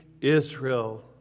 Israel